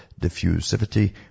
diffusivity